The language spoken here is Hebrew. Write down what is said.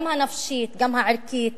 גם הנפשית, גם הערכית,